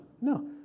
No